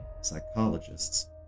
psychologists